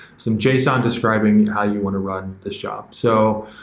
some json describing how you want to run this job. so,